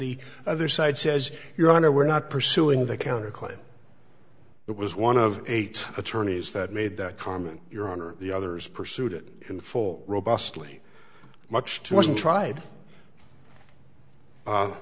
the other side says your honor we're not pursuing the counter claim that was one of eight attorneys that made that comment your honor the others pursued it in full robustly much too much and tried